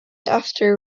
after